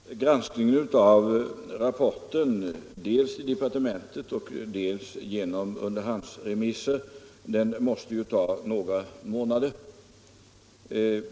Herr talman! Helt kort: Granskningen av rapporten dels i departementet, dels genom underhandsremisser måste ju ta några månader.